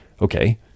okay